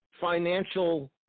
financial